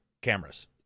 cameras